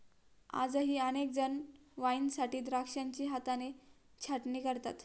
आजही अनेक जण वाईनसाठी द्राक्षांची हाताने छाटणी करतात